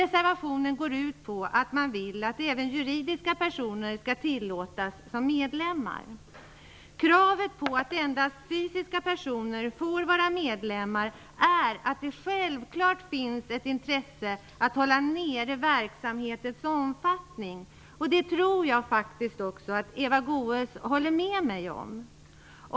Den går ut på att man vill att även juridiska personer skall tillåtas vara medlemmar. Anledningen till kravet på att endast fysiska personer får vara medlemmar är att det självfallet finns ett intresse att hålla nere verksamhetens omfattning. Det tror jag faktiskt också att Eva Goës kan ställa sig bakom.